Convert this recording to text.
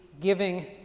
giving